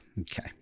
Okay